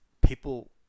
people